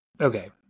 okay